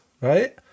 Right